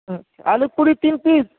اچھا آلو پوڑی تین پیس